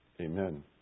Amen